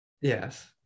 Yes